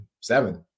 Seven